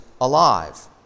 alive